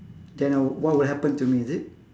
then I woul~ what would happen to me is it